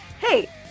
Hey